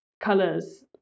Colors